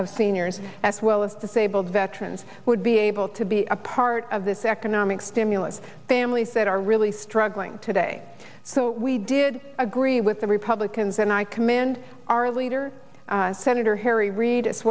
seniors as well as disabled veterans would be able to be a part of this economic stimulus families that are really struggling today so we did agree with the republicans and i commend our leader senator harry reid as